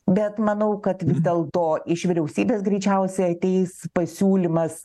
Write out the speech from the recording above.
bet manau kad dėl to iš vyriausybės greičiausiai ateis pasiūlymas